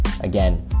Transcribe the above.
again